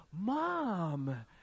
Mom